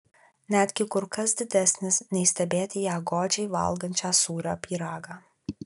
netgi kur kas didesnis nei stebėti ją godžiai valgančią sūrio pyragą